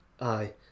Aye